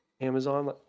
Amazon